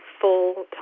full-time